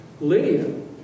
Lydia